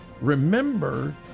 remember